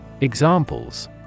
Examples